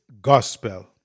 Gospel